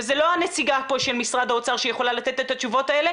וזה לא הנציגה פה של משרד האוצר שיכולה לתת את התשובות האלה,